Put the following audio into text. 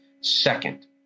Second